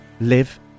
live